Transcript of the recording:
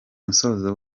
musozo